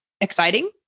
exciting